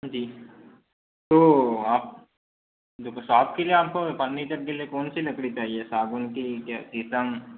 जी तो आप देखो शॉप के लिए आप को फर्नीचर के लिए कौन सी लकड़ी चाहिए सागौन की क्या शीशम